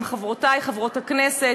עם חברותי חברות הכנסת,